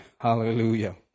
Hallelujah